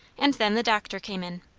and then the doctor came in.